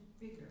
bigger